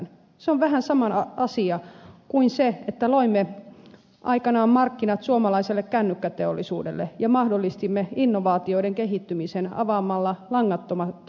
se on vähän sama asia kuin se että loimme aikanaan markkinat suomalaiselle kännykkäteollisuudelle ja mahdollistimme innovaatioiden kehittymisen avaamalla langattomat puhelinverkot